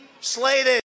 slated